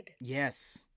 Yes